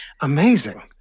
Amazing